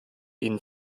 ihnen